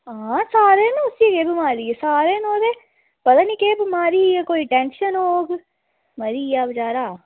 आं सारे न उसी केह् बमारी ऐ सारे न ओह्दे पता निं केह् बमारी ही जां कुछ टेंशन होग मरी गेआ बेचारा